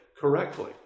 correctly